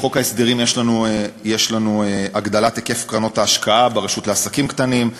בחוק ההסדרים יש לנו הגדלת היקף קרנות ההשקעה ברשות לעסקים קטנים,